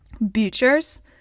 butchers